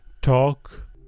talk